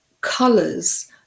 colors